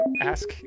Ask